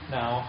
now